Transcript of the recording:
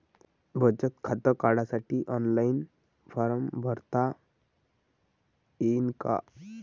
बचत खातं काढासाठी ऑफलाईन फारम भरता येईन का?